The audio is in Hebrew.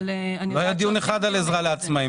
על עזרה לעצמאיים.